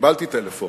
קיבלתי טלפון,